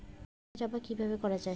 টাকা জমা কিভাবে করা য়ায়?